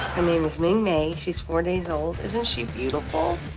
i mean is ming mae, she's four days old. isn't she beautiful.